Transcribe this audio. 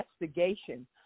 investigation